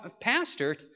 pastor